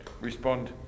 respond